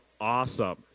awesome